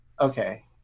Okay